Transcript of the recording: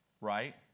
right